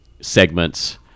segments